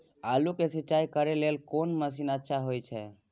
आलू के सिंचाई करे लेल कोन मसीन अच्छा होय छै?